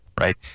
right